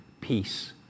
peace